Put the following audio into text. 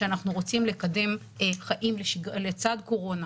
שאנחנו רוצים לקדם חיים לצד קורונה,